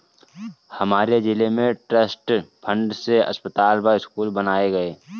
हमारे जिले में ट्रस्ट फंड से अस्पताल व स्कूल बनाए गए